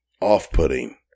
off-putting